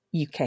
UK